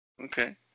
Okay